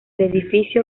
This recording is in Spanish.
edificio